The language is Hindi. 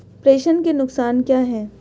प्रेषण के नुकसान क्या हैं?